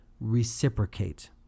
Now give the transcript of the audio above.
reciprocate